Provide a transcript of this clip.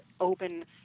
open